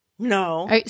No